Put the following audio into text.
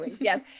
yes